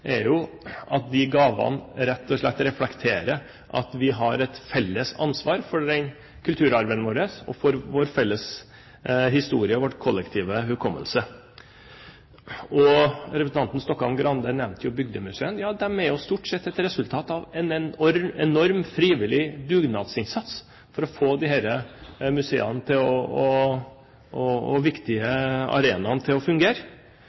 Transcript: er at de gavene rett og slett reflekterer at vi har et felles ansvar for kulturarven vår, for vår felles historie og for vår kollektive hukommelse. Representanten Stokkan-Grande nevnte bygdemuseene. Ja, de er stort sett et resultat av en enorm frivillig dugnadsinnsats for å få disse museene og viktige arenaene til å